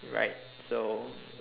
right so